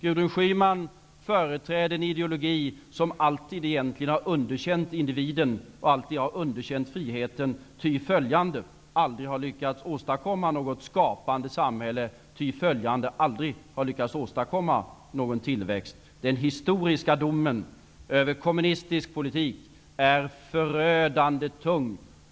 Gudrun Schyman företräder en ideologi som egentligen alltid har underkänt individen och friheten. Den har aldrig lyckats åstadkomma något skapande samhälle eller någon tillväxt. Den historiska domen över kommunistisk politik är förödande tung.